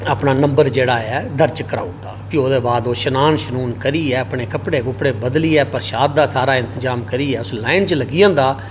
अपना नम्बर जेहड़ा दर्ज कराई ओड़दा फ्ही ओह्दे बाद ओह् शनान करने कपड़े कुपड़े बदली एह् प्रसाद दा सारा इंतजाम करियै अस लाइन च लगी जंदा